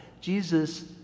Jesus